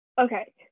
Okay